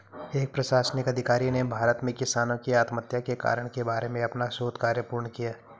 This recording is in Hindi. एक प्रशासनिक अधिकारी ने भारत में किसानों की आत्महत्या के कारण के बारे में अपना शोध कार्य पूर्ण किया